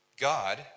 God